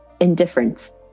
indifference